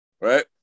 Right